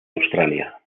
australia